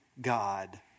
God